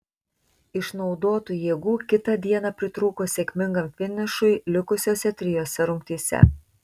išnaudotų jėgų kitą dieną pritrūko sėkmingam finišui likusiose trijose rungtyse